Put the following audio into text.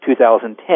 2010